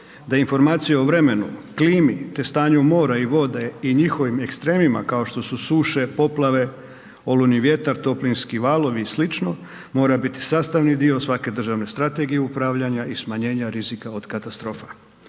da informacije o vremenu, klimi te stanju mora i vode i njihovim ekstremima, kao što su suše, poplave, olujni vjetar, toplinski valovi i sl. mora biti sastavni dio svake državne strategije upravljanja i smanjenja rizika od katastrofa.